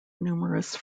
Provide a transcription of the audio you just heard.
numerous